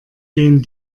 gehen